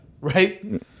Right